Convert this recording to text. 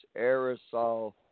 aerosol